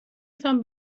تان